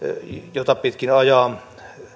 joita pitkin ajaa